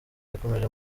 yakomeje